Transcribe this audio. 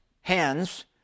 hands